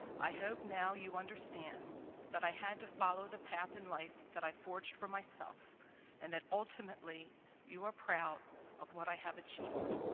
i hope now you understand that i had to follow the path in life that i forged for myself and that ultimately you are proud of what i have achieved.